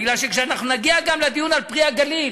כשאנחנו נגיע לדיון על "פרי הגליל",